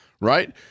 right